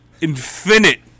Infinite